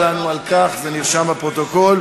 הנושא הבא בסדר-היום: